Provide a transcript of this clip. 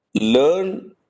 Learn